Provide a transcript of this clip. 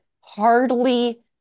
hardly